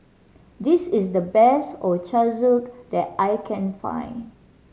this is the best Ochazuke that I can find